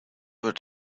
were